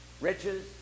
riches